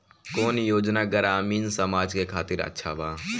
कौन योजना ग्रामीण समाज के खातिर अच्छा बा?